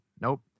Nope